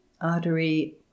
artery